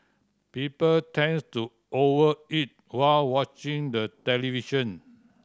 people tend to over eat while watching the television